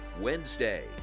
Wednesday